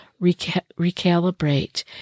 recalibrate